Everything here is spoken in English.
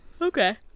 Okay